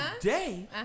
today